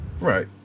Right